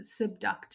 subducted